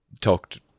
talked